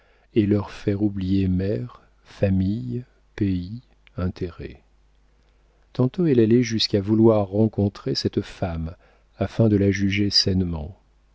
et leur faire oublier mère famille pays intérêt tantôt elle allait jusqu'à vouloir rencontrer cette femme afin de la juger sainement